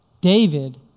David